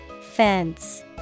Fence